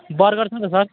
बर्गरसँग नि त सर